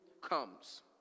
comes